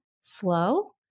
slow